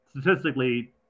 statistically